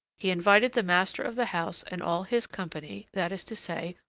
he invited the master of the house and all his company, that is to say,